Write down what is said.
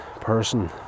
person